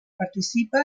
participa